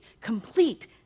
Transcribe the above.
Complete